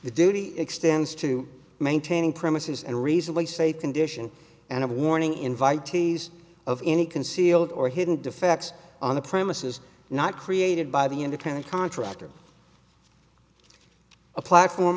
duty extends to maintaining premises and reasonably safe condition and of warning invitees of any concealed or hidden defects on the premises not created by the independent contractor a platform